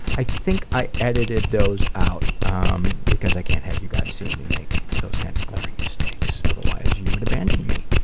i think i edited those out um because i can't have you guys see me make those kind of glaring mistakes. otherwise, you would abandon me.